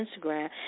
instagram